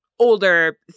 older